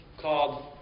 called